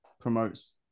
promotes